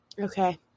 Okay